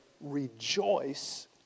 rejoice